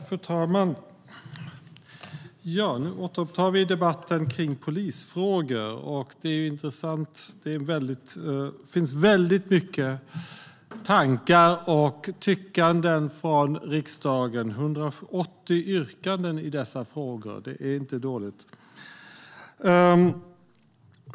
Fru talman! Nu återupptar vi debatten kring polisfrågor. Det är intressant. Det finns många tankar och tyckanden i riksdagen. Det är 180 yrkanden i dessa frågor - det är inte dåligt.